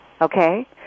Okay